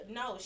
no